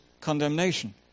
condemnation